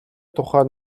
тухай